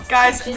Guys